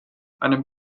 einem